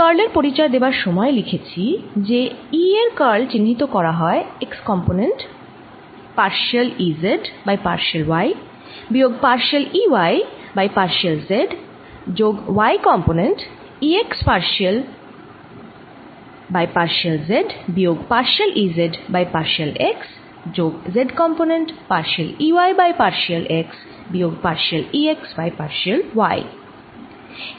আমি কার্ল এর পরিচয় দেবার সময়েই লিখেছি যে E এর কার্ল চিহ্নিত করা হয় x component partial E z by partial y বিয়োগ partial E y by partial z যোগ y component Ex partial by partial z বিয়োগ partial E z by partial x যোগ z component partial E y by partial x বিয়োগ partial E x by partial y